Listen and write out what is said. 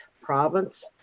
province